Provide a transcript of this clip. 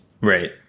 Right